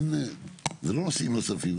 זה לא נושאים נוספים,